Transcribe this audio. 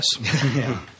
Yes